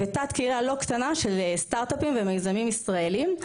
ותת-קהילה לא קטנה של סטארטאפים ומיזמים ישראליים,